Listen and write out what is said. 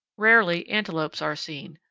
rarely antelopes are seen,